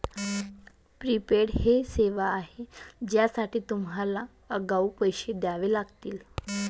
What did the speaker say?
prepaid ही सेवा आहे ज्यासाठी तुम्हाला आगाऊ पैसे द्यावे लागतील